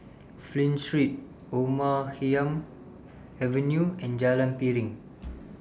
Flint Street Omar Khayyam Avenue and Jalan Piring